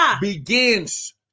begins